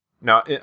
Now